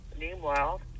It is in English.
meanwhile